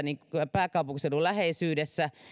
pääkaupunkiseudun läheisyydessä